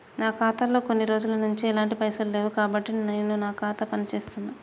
నా ఖాతా లో కొన్ని రోజుల నుంచి ఎలాంటి పైసలు లేవు కాబట్టి నా ఖాతా పని చేస్తుందా?